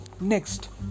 Next